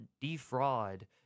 defraud